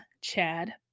Chad